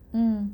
mm